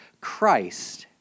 Christ